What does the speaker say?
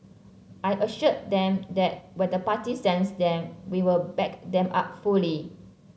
I assured them that where the party sends them we will back them up fully